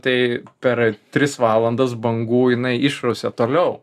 tai per tris valandas bangų jinai išrausia toliau